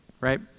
right